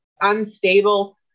unstable